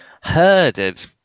herded